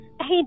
Hey